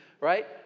right